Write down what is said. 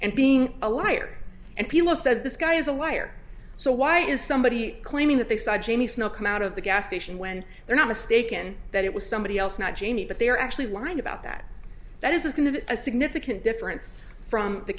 and being a liar and people says this guy is a liar so why is somebody claiming that they saw jamie snow come out of the gas station when they're not mistaken that it was somebody else not jamie but they are actually lying about that that is going to be a significant difference from the